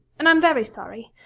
and i'm very sorry,